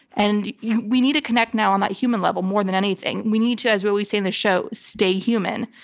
and you know we need to connect now on that human level more than anything. we need to, as what we say in the show, stay human.